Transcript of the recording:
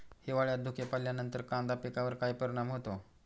हिवाळ्यात धुके पडल्यावर कांदा पिकावर काय परिणाम होतो?